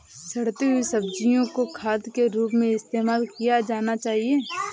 सड़ती हुई सब्जियां को खाद के रूप में इस्तेमाल किया जाना चाहिए